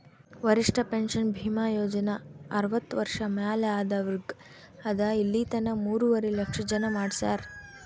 ವರಿಷ್ಠ ಪೆನ್ಷನ್ ಭೀಮಾ ಯೋಜನಾ ಅರ್ವತ್ತ ವರ್ಷ ಮ್ಯಾಲ ಆದವ್ರಿಗ್ ಅದಾ ಇಲಿತನ ಮೂರುವರಿ ಲಕ್ಷ ಜನ ಮಾಡಿಸ್ಯಾರ್